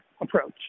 approach